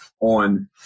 on